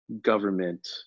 government